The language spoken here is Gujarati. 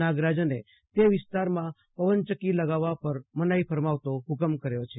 નાગરાજને તે વિસ્તારમાં પવનચક કી લગાવવા પર મનાઈ ફરમાવતો હુકમ કર્યો છે